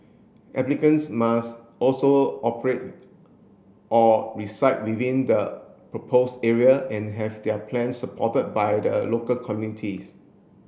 applicants must also operate or reside within the proposed area and have their plans supported by the local communities